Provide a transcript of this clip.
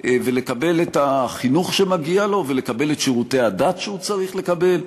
ולקבל את החינוך שמגיע לו ולקבל את שירותי הדת שהוא צריך לקבל.